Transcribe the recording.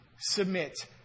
submit